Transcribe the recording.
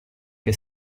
che